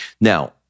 Now